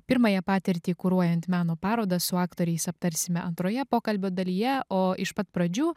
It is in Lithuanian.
pirmąją patirtį kuruojant meno parodą su aktoriais aptarsime antroje pokalbio dalyje o iš pat pradžių